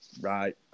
right